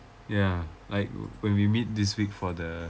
ya like when we meet this week for the